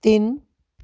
ਤਿੰਨ